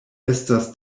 estas